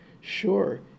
Sure